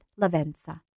Lavensa